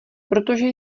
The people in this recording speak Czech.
protože